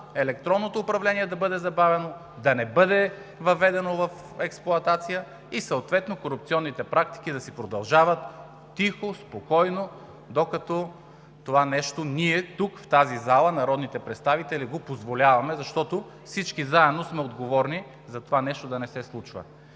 електронното управление да бъде забавено, да не бъде въведено в експлоатация и съответно корупционните практики да си продължават тихо, спокойно, докато ние тук, в тази зала, народните представители, го позволяваме, защото всички заедно сме отговорни за това нещо да не се случва.